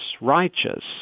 righteous